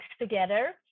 together